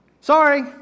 Sorry